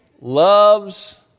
loves